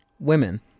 Women